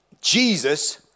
Jesus